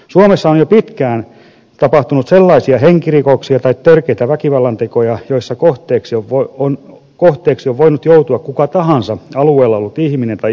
suomessa on jo pitkään tapahtunut sellaisia henkirikoksia tai törkeitä väkivallantekoja joissa kohteeksi on voinut joutua kuka tahansa alueella ollut ihminen tai ihmisryhmä